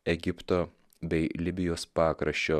egipto bei libijos pakraščio